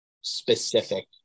specific